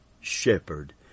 shepherd